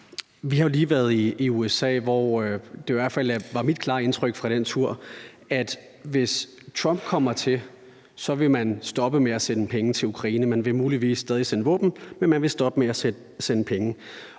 Vi har jo lige været i USA, hvor det i hvert fald var mit klare indtryk fra den tur, at hvis Trump kommer til, vil man stoppe med at sende penge til Ukraine. Man vil muligvis stadig sende våben, men man vil stoppe med at sende penge.